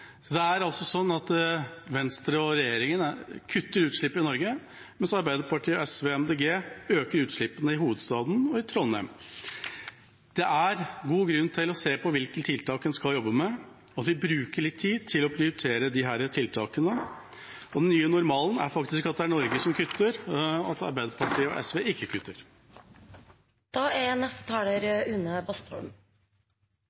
Venstre og resten av regjeringa kutter utslippene i Norge, mens Arbeiderpartiet, SV og Miljøpartiet De Grønne øker utslippene i hovedstaden og i Trondheim. Det er god grunn til å se på hvilke tiltak en skal jobbe med, og at vi bruker litt tid på å prioritere disse tiltakene. Den nye normalen er faktisk at det er Norge som kutter, og at Arbeiderpartiet og SV ikke kutter.